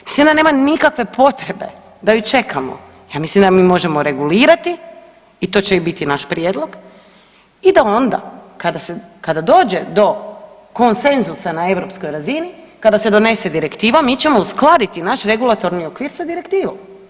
Mislim da nema nikakve potrebe da ju čekamo, ja mislim da mi možemo regulirati i to će i biti naš prijedlog i da onda kada dođe do konsenzusa na europskoj razini, kada se donese direktiva mi ćemo uskladiti naš regulatorni okvir sa direktivom.